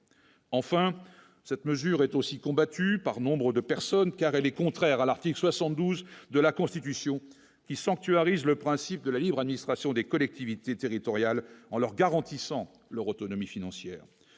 enfin, cette mesure est aussi combattu par nombres de personnes car elle est contraire à l'article 72 de la Constitution qui sanctuarise le principe de la libre administration des collectivités territoriales en leur garantissant leur autonomie financière,